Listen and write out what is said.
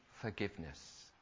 forgiveness